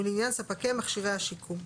ולעניין ספקי מכשירי השיקום.